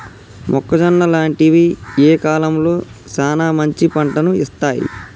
మొక్కజొన్న లాంటివి ఏ కాలంలో సానా మంచి పంటను ఇత్తయ్?